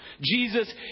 Jesus